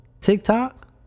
TikTok